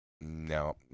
No